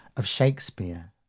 of shakespeare.